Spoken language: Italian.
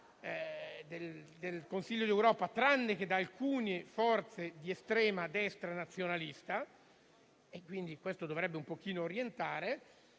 del Consiglio d'Europa, tranne che da alcune forze di estrema destra nazionalista (cosa che dovrebbe un pochino orientare)